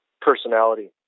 personality